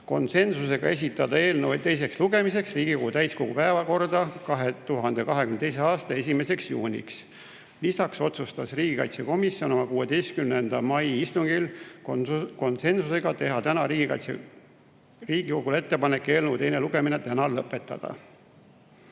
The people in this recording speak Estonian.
konsensusega esitada eelnõu teiseks lugemiseks Riigikogu täiskogu päevakorda 2022. aasta 1. juuniks. Lisaks otsustas riigikaitsekomisjon oma 16. mai istungil konsensusega teha Riigikogule ettepaneku eelnõu teine lugemine täna lõpetada.